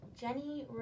Jenny